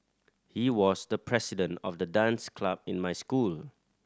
he was the president of the dance club in my school